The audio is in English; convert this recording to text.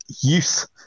youth